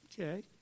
okay